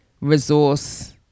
resource